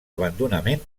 abandonament